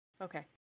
Okay